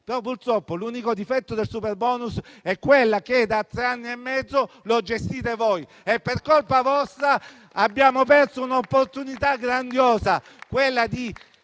Purtroppo, l'unico difetto del superbonus è che da tre anni e mezzo lo gestite voi. Per colpa vostra abbiamo perso un'opportunità grandiosa: quella di